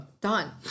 Done